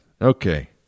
Okay